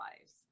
lives